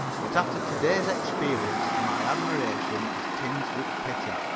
but after today's experience my admiration is tinged with pity.